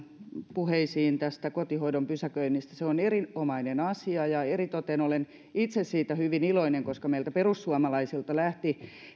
puheisiin kotihoidon pysäköinnistä se on erinomainen asia ja eritoten olen itse siitä hyvin iloinen koska meiltä perussuomalaisilta lähti